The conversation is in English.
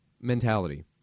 mentality